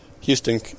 Houston